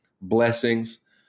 blessings